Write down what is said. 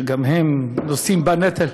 שגם הם נושאים בנטל.